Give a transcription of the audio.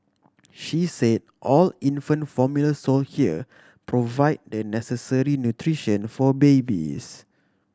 she say all infant formula sold here provide the necessary nutrition for babies